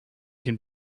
can